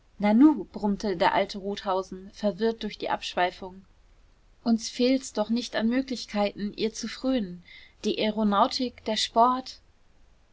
brummte der alte rothausen verwirrt durch die abschweifung uns fehlt's doch nicht an möglichkeiten ihr zu frönen die aeronautik der sport